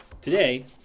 Today